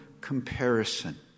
comparison